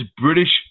British